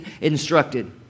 instructed